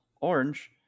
orange